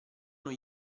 non